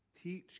teach